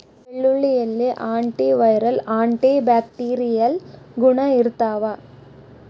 ಬೆಳ್ಳುಳ್ಳಿಯಲ್ಲಿ antiviral antibacterial ಗುಣ ಇರ್ತಾವ